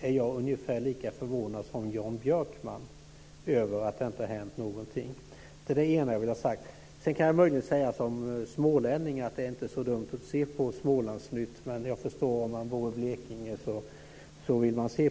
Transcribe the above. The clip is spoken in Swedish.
är jag ungefär lika förvånad som Jan Björkman över att det inte har hänt någonting. Det var det ena jag ville ha sagt. Sedan kan jag möjligen säga som smålänning att det inte är så dumt att se på Smålandsnytt, men jag förstår att man vill se på Sydnytt om man bor i Blekinge.